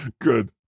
Good